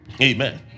Amen